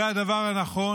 זה הדבר הנכון.